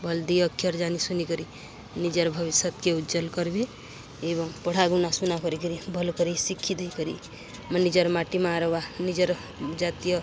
ଭଲ୍ ଦି ଅକ୍ଷର ଜାନି ଶୁନିକରି ନିଜର ଭବିଷ୍ୟତକେ ଉଜ୍ଜଳ କରବେ ଏବଂ ପଢ଼ାଗୁଣା ସୁନା କରିକରି ଭଲ୍ କରି ଶିକ୍ଷି ଦେଇକରି ମ ନିଜର ମାଟି ମା ଆରୁ ନିଜର ଜାତୀୟ